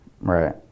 right